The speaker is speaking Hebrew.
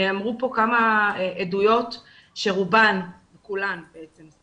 נאמרו פה כמה עדויות שכולן אמרו: